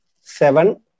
seven